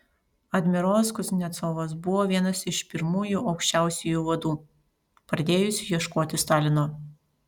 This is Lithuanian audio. admirolas kuznecovas buvo vienas iš pirmųjų aukščiausiųjų vadų pradėjusių ieškoti stalino